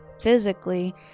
physically